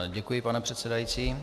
Děkuji, pane předsedající.